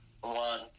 one